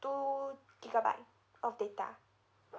two gigabyte of data